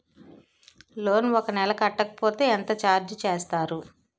Loan ఒక నెల కట్టకపోతే ఎంత ఛార్జ్ చేస్తారు?